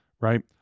right